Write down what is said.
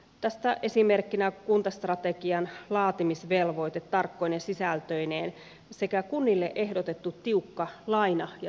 tästä esimerkkinä kuntastrate gian laatimisvelvoite tarkkoine sisältöineen sekä kunnille ehdotettu tiukka laina ja takauskielto